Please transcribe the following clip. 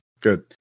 Good